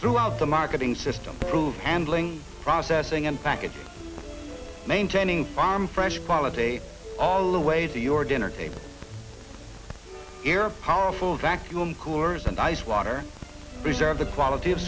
throughout the marketing system prove handling processing and packet maintaining farm fresh quality all the way to your dinner table air powerful vacuum coolers and ice water preserve the quality of